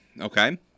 Okay